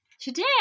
Today